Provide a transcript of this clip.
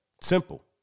Simple